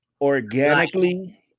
organically